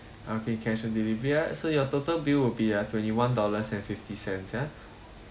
okay cash on deliver ya so your total bill will be uh twenty one dollars and fifty cents ya